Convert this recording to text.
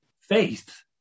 faith